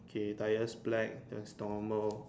okay tires black that's normal